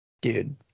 Dude